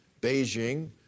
Beijing